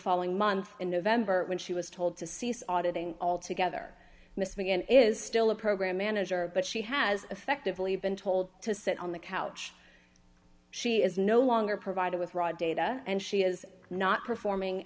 following month in november when she was told to cease auditing altogether missing and is still a program manager but she has effectively been told to sit on the couch she is no longer provided with raw data and she is not performing